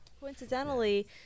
Coincidentally